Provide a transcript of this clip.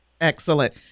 Excellent